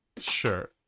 Sure